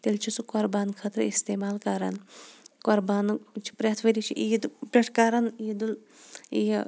تیٚلہِ چھُ سُہ قۅربان خٲطرٕ اِستعمال کَران قۅربانَن چھِ پرٛتھ ؤریہِ چھِ عیٖد پیٚٹھ کَران عیٖدُل یہِ